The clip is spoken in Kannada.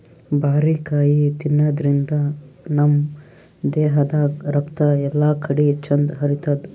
ಬಾರಿಕಾಯಿ ತಿನಾದ್ರಿನ್ದ ನಮ್ ದೇಹದಾಗ್ ರಕ್ತ ಎಲ್ಲಾಕಡಿ ಚಂದ್ ಹರಿತದ್